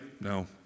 No